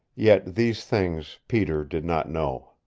yet these things peter did not know.